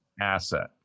asset